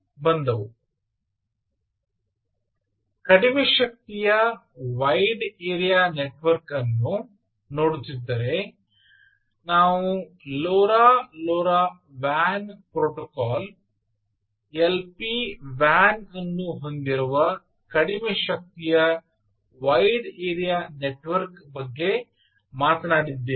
ಆದರೆ ನೀವು ಕಡಿಮೆ ಶಕ್ತಿಯ ವೈಡ್ ಏರಿಯಾ ನೆಟ್ಟವರ್ಕ್ ಅನ್ನು ನೋಡುತ್ತಿದ್ದರೆ ನಾವು ಲೋರಾ ಲೋರಾ von protocol L P von ಅನ್ನು ಹೊಂದಿರುವ ಕಡಿಮೆ ಶಕ್ತಿಯ ವೈಡ್ ಏರಿಯಾ ನೆಟ್ಟವರ್ಕ್ ಬಗ್ಗೆ ಮಾತನಾಡಿದ್ದೇವೆ